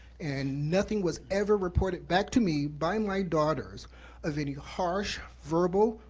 and nothing was ever reported back to me by my daughters of any harsh, verbal,